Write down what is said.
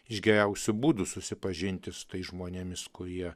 iš geriausių būdų susipažinti su tais žmonėmis kurie